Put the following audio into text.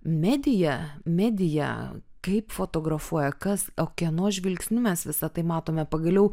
medija medija kaip fotografuoja kas o kieno žvilgsniu mes visa tai matome pagaliau